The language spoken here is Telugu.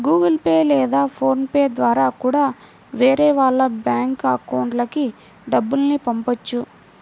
గుగుల్ పే లేదా ఫోన్ పే ద్వారా కూడా వేరే వాళ్ళ బ్యేంకు అకౌంట్లకి డబ్బుల్ని పంపొచ్చు